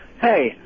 Hey